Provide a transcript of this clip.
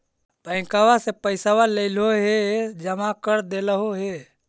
बैंकवा से पैसवा लेलहो है जमा कर देलहो हे?